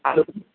hello